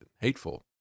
hateful